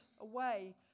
away